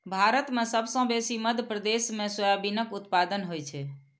भारत मे सबसँ बेसी मध्य प्रदेश मे सोयाबीनक उत्पादन होइ छै